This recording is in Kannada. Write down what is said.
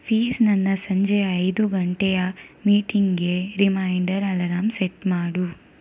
ಪ್ಲೀಸ್ ನನ್ನ ಸಂಜೆಯ ಐದು ಗಂಟೆಯ ಮೀಟಿಂಗ್ಗೆ ರಿಮೈಂಡರ್ ಅಲರಾಂ ಸೆಟ್ ಮಾಡು